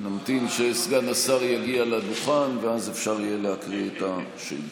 נמתין שסגן השר יגיע לדוכן ואז אפשר יהיה להקריא את השאילתה.